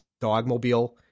dogmobile